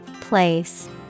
Place